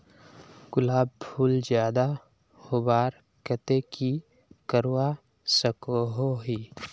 गुलाब फूल ज्यादा होबार केते की करवा सकोहो ही?